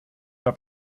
der